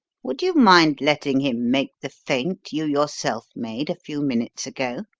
would you mind letting him make the feint you yourself made a few minutes ago?